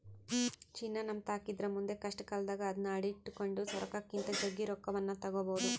ಚಿನ್ನ ನಮ್ಮತಾಕಿದ್ರ ಮುಂದೆ ಕಷ್ಟಕಾಲದಾಗ ಅದ್ನ ಅಡಿಟ್ಟು ಕೊಂಡ ರೊಕ್ಕಕ್ಕಿಂತ ಜಗ್ಗಿ ರೊಕ್ಕವನ್ನು ತಗಬೊದು